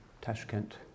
Tashkent